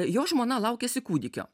jo žmona laukiasi kūdikio